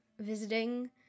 visiting